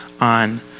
on